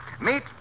Meet